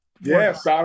Yes